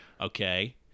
okay